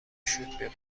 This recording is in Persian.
شکر، به